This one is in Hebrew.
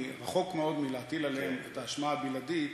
אני רחוק מאוד מלהטיל עליהם את האשמה הבלעדית.